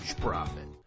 profit